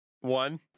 One